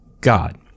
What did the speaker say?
God